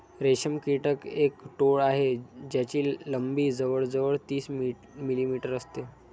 रेशम कीटक एक टोळ आहे ज्याची लंबी जवळ जवळ तीस मिलीमीटर असते